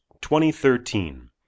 2013